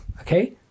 Okay